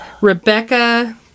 rebecca